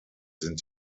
sind